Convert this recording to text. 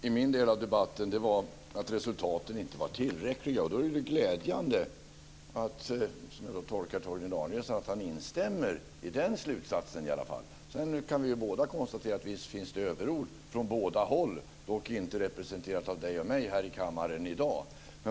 Fru talman! Det jag framförde i min del av debatten var att resultaten inte var tillräckliga. Då är det glädjande att, som jag tolkar honom, att Torgny Danielsson i varje fall instämmer i den slutsatsen. Sedan kan vi båda konstatera att det finns överord från båda håll, men inte från Torgny Danielsson och mig här i kammaren i dag.